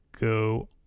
go